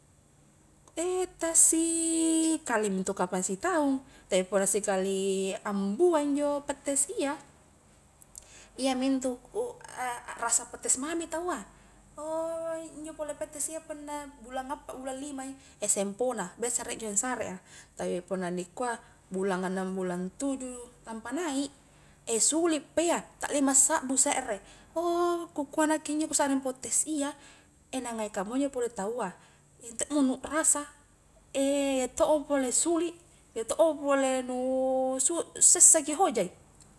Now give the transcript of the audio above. ta sikali mento kpang sitaung, tapi punna sikali ambua injo pattes iya, iyamintu ak-akrasa pettes mami taua, injo pole pettes iya punna bulang appa, bulang limai, sempona, biasa riek injo ansarea, tapi punna ni kua bulang annang, bulang tuju lampa naik, sulik pa iya ta lima sakbu sekre, ou ku kua nakke injo kusakring pattes iya, na ngai kamua injo pole taua, iya tokmo nu rasa iya tokmo pole sulik, iya tokmo pole nu su-sessaki hojai.